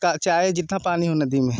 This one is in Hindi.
चाहे जितना पानी हो नदी में